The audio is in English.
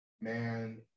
Man